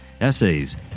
essays